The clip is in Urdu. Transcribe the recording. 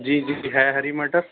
جی جی ہے ہری مٹر